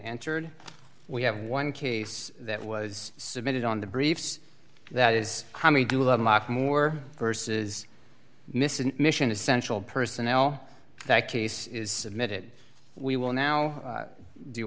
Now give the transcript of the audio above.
entered we have one case that was submitted on the briefs that is how we do a lot more verses missing mission essential personnel that case is submitted we will now